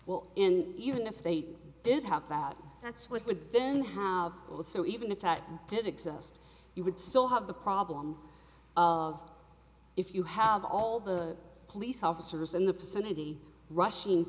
well in even if they did have that that's what it would then have it was so even if that did exist you would still have the problem of if you have all the police officers in the vicinity rushing